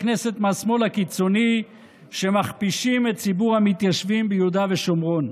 כנסת מהשמאל הקיצוני שמכפישים את ציבור המתיישבים ביהודה ושומרון.